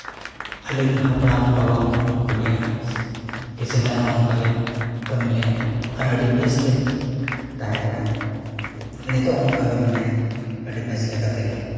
ᱟᱞᱮ ᱨᱮᱱ ᱦᱟᱯᱲᱟᱢ ᱵᱟᱵᱟ ᱠᱚᱠᱚ ᱞᱟᱹᱭᱟ ᱠᱤ ᱥᱮᱫᱟᱭ ᱦᱚᱸ ᱚᱱᱠᱟ ᱜᱮ ᱠᱟᱹᱢᱤᱞᱮ ᱟᱨ ᱟᱹᱰᱤ ᱵᱮᱥ ᱛᱮ ᱛᱟᱦᱮᱸ ᱠᱟᱱᱟ ᱱᱤᱛᱚᱜ ᱦᱚᱸ ᱚᱱᱠᱟ ᱜᱮ ᱢᱮᱱᱟᱭᱟ ᱟᱹᱰᱤ ᱵᱮᱥ ᱞᱮᱠᱟ ᱛᱮᱜᱮ